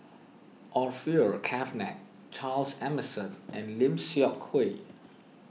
Orfeur Cavenagh Charles Emmerson and Lim Seok Hui